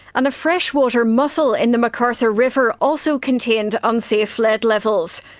and a freshwater mussel in the mcarthur river also contained unsafe lead levels.